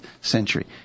century